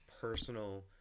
personal